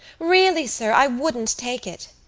really, sir, i wouldn't take it.